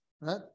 right